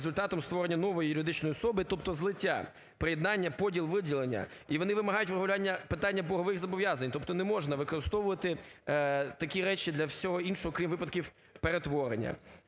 результатом створення нової юридичної особи, тобто злиття, приєднання, поділ, виділення. І вони вимагають врегулювання питання боргових зобов'язань, тобто не можна використовувати такі речі для всього іншого, крім випадків перетворення.